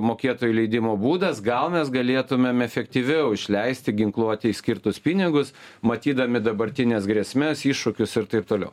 mokėtojų leidimo būdas gal mes galėtumėm efektyviau išleisti ginkluotei skirtus pinigus matydami dabartines grėsmes iššūkius ir taip toliau